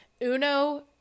uno